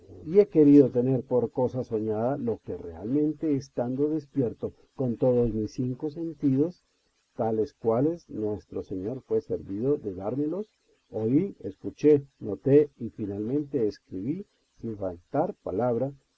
y he querido tener por cosa soñada lo que realmente estando despierto con todos mis cinco sentidos ta les cuales nuestro señor fue servido de dármelos oí escuché noté y finalmente escribí sin faltar palabra